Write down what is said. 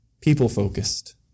people-focused